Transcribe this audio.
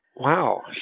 wow